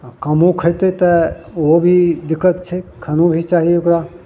आओर कमो खयतय तऽ उहो भी दिक्कत छै खानो भी चाही ओकरा